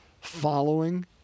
following